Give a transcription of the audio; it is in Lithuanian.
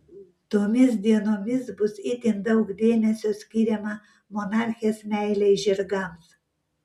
tomis dienomis bus itin daug dėmesio skiriama monarchės meilei žirgams